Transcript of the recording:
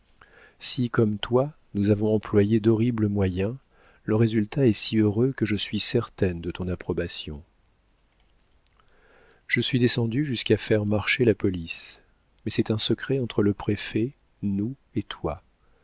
si comme toi nous avons employé d'horribles moyens le résultat est si heureux que je suis certaine de ton approbation je suis descendue jusqu'à faire marcher la police mais c'est un secret entre le préfet nous et toi